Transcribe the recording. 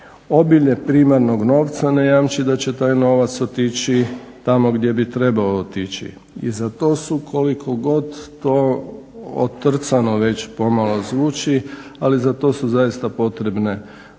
Obilje primanog novca ne jamči da će taj novac otići tamo gdje bi trebao otići i za to su koliko god to otrcano već pomalo zvuči, ali za to su zaista potrebne